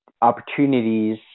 opportunities